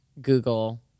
Google